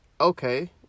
Okay